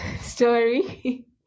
story